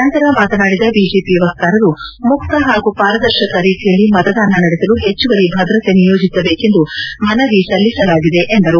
ನಂತರ ಮಾತನಾಡಿದ ಬಿಜೆಪಿ ವಕ್ತಾರರು ಮುಕ್ತ ಹಾಗೂ ಪಾರದರ್ಶಕ ರೀತಿಯಲ್ಲಿ ಮತದಾನ ನಡೆಸಲು ಹೆಚ್ಚುವರಿ ಭದ್ರತೆ ನಿಯೋಜಿಸಬೇಕೆಂದು ಮನವಿ ಸಲ್ಲಿಸಲಾಗಿದೆ ಎಂದರು